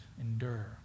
endure